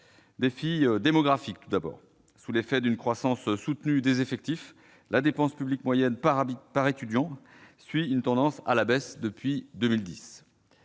défi démographique. Sous l'effet d'une croissance soutenue des effectifs, la dépense publique moyenne par étudiant suit une tendance à la baisse depuis 2010.